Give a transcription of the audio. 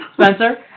Spencer